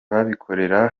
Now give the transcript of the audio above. babikorera